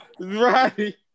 Right